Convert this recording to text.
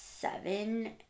seven